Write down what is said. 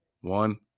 one